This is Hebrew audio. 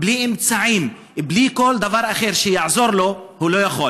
בלי אמצעים, כל דבר אחר שיעזור לו, הוא לא יכול.